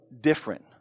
different